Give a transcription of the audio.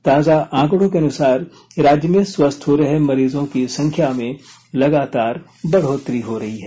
ताजा आंकड़ों के अनुसार राज्य में स्वस्थ हो रहे मरीजों की संख्या में लगातार बढ़ोतरी हो रही है